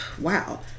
wow